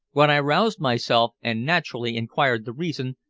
when i roused myself and, naturally, inquired the reason,